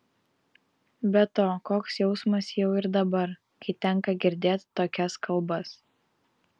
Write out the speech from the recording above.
be to koks jausmas jau ir dabar kai tenka girdėt tokias kalbas